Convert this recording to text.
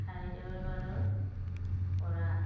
হায়দৰাবাদৰ পৰা